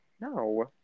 No